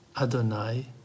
Adonai